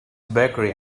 bakery